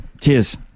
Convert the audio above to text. Cheers